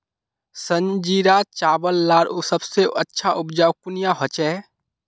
संजीरा चावल लार सबसे अच्छा उपजाऊ कुनियाँ होचए?